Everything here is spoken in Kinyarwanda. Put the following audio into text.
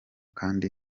kandi